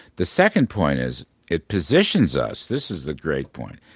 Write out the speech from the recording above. the second point is it positions us this is the great point.